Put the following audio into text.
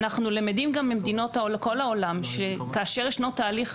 אנחנו למדים גם ממדינות כל העולם שכאשר ישנו תהליך